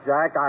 Jack